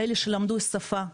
אלה שלמדו שפה,